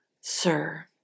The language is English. Sir